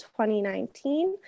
2019